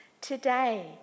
Today